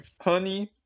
honey